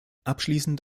abschließend